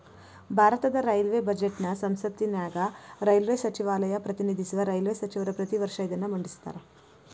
ಭಾರತದ ರೈಲ್ವೇ ಬಜೆಟ್ನ ಸಂಸತ್ತಿನ್ಯಾಗ ರೈಲ್ವೇ ಸಚಿವಾಲಯ ಪ್ರತಿನಿಧಿಸುವ ರೈಲ್ವೇ ಸಚಿವರ ಪ್ರತಿ ವರ್ಷ ಇದನ್ನ ಮಂಡಿಸ್ತಾರ